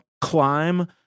climb